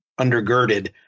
undergirded